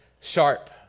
sharp